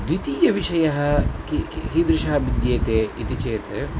द्वितीयविषयः किं किं कीदृशः भिद्यते इति चेत्